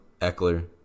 Eckler